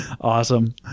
Awesome